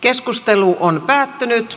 keskustelu päättyi